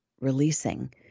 releasing